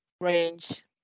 range